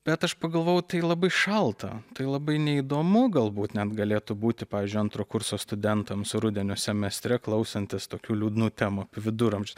bet aš pagavau tai labai šalta tai labai neįdomu galbūt net galėtų būti pavyzdžiui antro kurso studentams rudenio semestre klausantis tokių liūdnų temų viduramžius